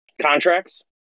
Contracts